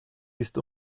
ist